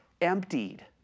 emptied